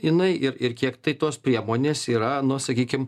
jinai ir ir kiek tai tos priemonės yra nu sakykim